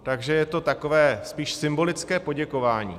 Takže je to takové spíš symbolické poděkování.